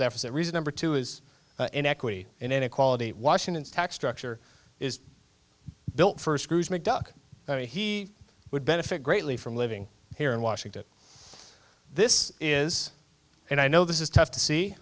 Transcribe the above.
deficit reason number two is inequity in inequality washington's tax structure is built first cruise mcduck i mean he would benefit greatly from living here in washington this is and i know this is tough to see